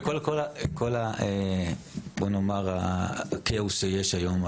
מכל בוא נאמר הכאוס שיש היום,